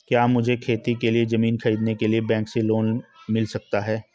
क्या मुझे खेती के लिए ज़मीन खरीदने के लिए बैंक से लोन मिल सकता है?